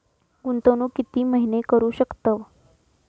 गुंतवणूक किती महिने करू शकतव?